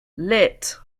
lit